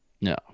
No